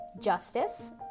Justice